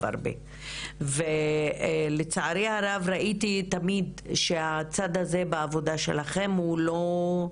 הרבה ולצערי הרב ראיתי תמיד שהצד הזה בעבודה שלכם הוא לא,